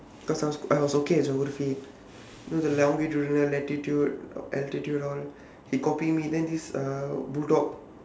because I was I was okay with geography you know the longitudinal latitude altitude all he copy me then this uh